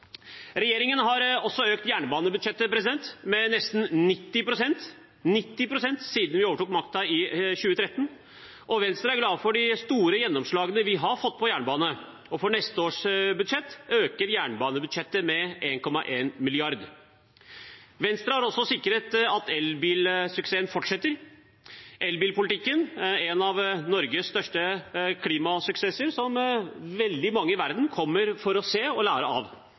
Regjeringen har også økt jernbanebudsjettet med nesten 90 pst. siden vi overtok makten i 2013, og Venstre er glad for de store gjennomslagene vi har fått på jernbane. For neste år øker jernbanebudsjettet med 1,1 mrd. kr. Venstre har også sikret at elbilsuksessen fortsetter. Elbilpolitikken er en av Norges største klimasuksesser, som veldig mange i verden kommer for å se og lære av.